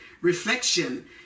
reflection